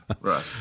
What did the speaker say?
right